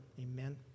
amen